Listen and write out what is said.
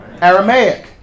Aramaic